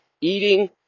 eating